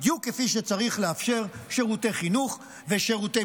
בדיוק כפי שצריך לאפשר שירותי חינוך ושירותי